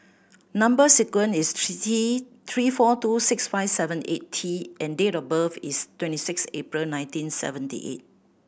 number sequence is T Three four two six five seven eight T and date of birth is twenty six April nineteen seventy eight